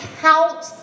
count